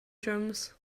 drums